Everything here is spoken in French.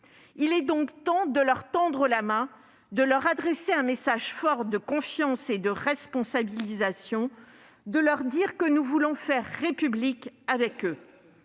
Il est donc temps de leur tendre la main, de leur adresser un message fort de confiance et de responsabilisation, de leur dire que nous voulons faire République avec eux.